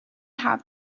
have